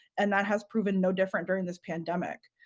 and that has proven no different during this pandemic.